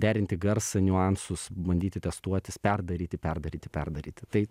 derinti garsą niuansus bandyti testuotis perdaryti perdaryti perdaryti tai